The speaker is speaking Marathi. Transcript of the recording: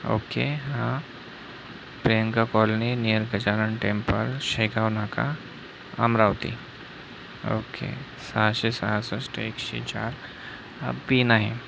ओके हां Priyanka colony near Gajanan temple Shegaon Naka Amravati okay सहाशे सहासष्ट एकशे चार हा पीन आहे